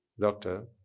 Doctor